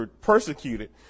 persecuted